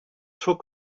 took